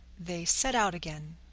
they set out again.